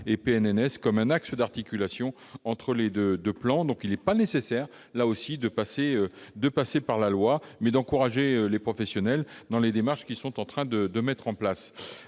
ou PNNS, comme un axe d'articulation entre les deux. Là encore, il n'est pas nécessaire de passer par la loi. Mieux vaut encourager les professionnels dans les démarches qu'ils sont en train de mettre en place.